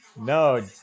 No